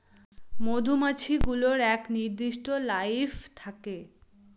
মধুমাছি গুলোর এক নির্দিষ্ট লাইফ থাকে